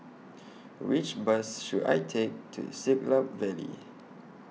Which Bus should I Take to Siglap Valley